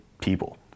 people